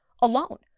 alone